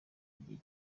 igihe